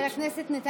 חבר הכנסת נתניהו,